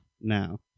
now